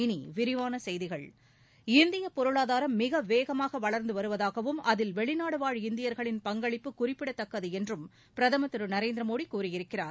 இனி விரிவான செய்திகள் இந்தியப் பொருளாதாரம் மிக வேகமாக வளர்ந்து வருவதாகவும் அதில் வெளிநாடு வாழ் இந்தியர்களின் பங்களிப்பு குறிப்பிடத்தக்கது என்றும் பிரதமர் திரு நரேந்திர மோடி கூறியிருக்கிறார்